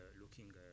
looking